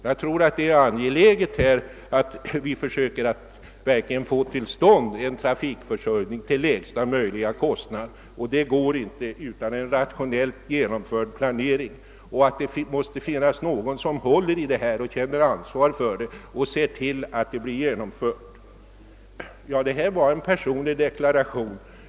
Jag tror att det är angeläget att verkligen försöka få till stånd en trafikförsörjning till lägsta kostnad, och det går inte utan en rationellt genomföra planering. Det måste finnas någon som ansvarar för saken och ser till att den genomförs. Det här var en personlig deklaration.